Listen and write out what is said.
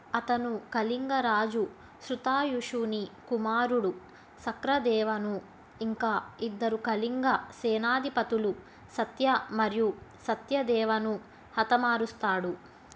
అతను కళింగ రాజు శ్రుతాయుషుని కుమారుడు శక్రదేవను ఇంకా ఇద్దరు కళింగ సేనాధిపతులు సత్య మరియు సత్యదేవను హతమారుస్తాడు